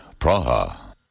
Praha